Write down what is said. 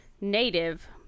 native